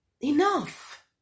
Enough